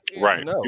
Right